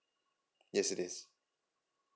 yes it is